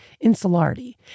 insularity